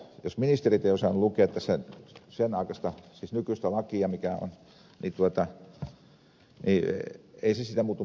jos ministerit eivät ole osanneet lukea sen aikaista siis nykyistä lakia mikä on niin ei se siitä muutu mihinkään